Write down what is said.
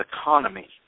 economy